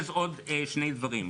אני אגיד אז עוד שני דברים.